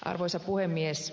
arvoisa puhemies